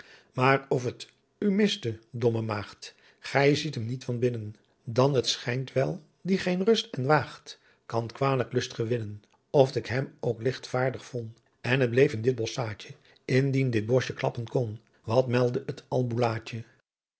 maar of t u miste domme maaght ghy ziet hem niet van binnen dan t schijnt wel die geen rust en waaght kan qualijk lust gewinnen oft ik hem ook lichtvaardig von en t bleef in dit bosschaadje indien dit bosje klappen kon wat melde t